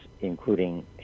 including